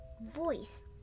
voice